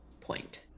point